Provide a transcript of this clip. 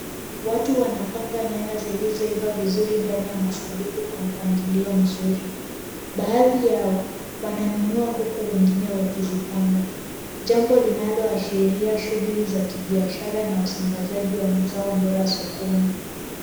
Watu wanapanga nyanya zilizo ina vizuri ndani ya masanduku kwa mpangilio mzuri. Baadhi yao wananunua, huku wengine wakizipanga. Jambo linaloashiria shughuli za kibiashara, na usambazaji wa mazao bora sokoni.